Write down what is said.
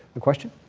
the question?